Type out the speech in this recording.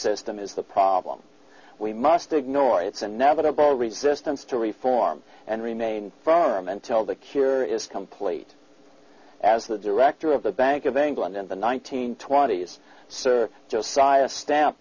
system is the problem we must ignore its inevitable resistance to reform and remain firm until the cure is complete as the director of the bank of england in the nineteenth twenties sir josiah stamp